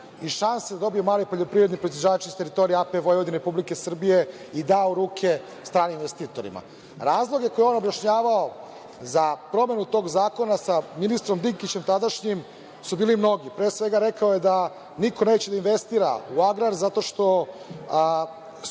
i šanse da dobiju mali poljoprivredni proizvođači sa teritorije AP Vojvodine Republike Srbije i dao u ruke stranim investitorima. Razlozi koje je on objašnjavao za promenu tog zakona sa ministrom Dinkićem tadašnjim su bili mnogi. Pre svega, rekao je da niko neće da investira u agrar zato što su